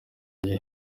iyo